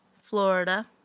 Florida